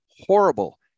horrible